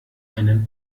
einen